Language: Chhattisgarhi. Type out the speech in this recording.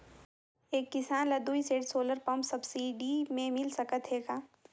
एक किसान ल दुई सेट सोलर पम्प सब्सिडी मे मिल सकत हे का?